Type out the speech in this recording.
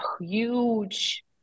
huge